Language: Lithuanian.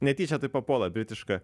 netyčia taip papuola britiška